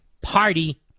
Party